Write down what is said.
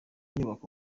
nyubako